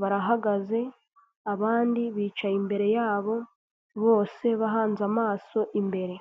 barahagaze abandi bicaye imbere yabo, bose bahanze amaso imbere.